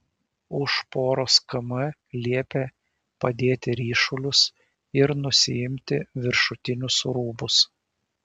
už poros km liepė padėti ryšulius ir nusiimti viršutinius rūbus